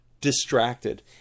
distracted